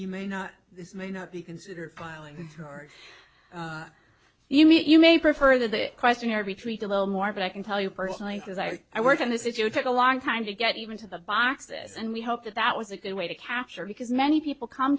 you may not this may not be considered filing for you mean you may prefer that questionnaire retreat a little more but i can tell you personally because i i worked on this if you took a long time to get even to the boxes and we hope that that was a good way to capture because many people come